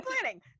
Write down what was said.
planning